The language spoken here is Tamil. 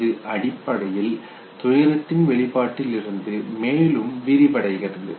இது அடிப்படையில் துயரத்தின் வெளிப்பாட்டில் இருந்து மேலும் விரிவடைகிறது